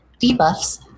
Debuffs